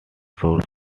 source